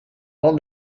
all